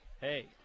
Hey